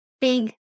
big